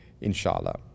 inshallah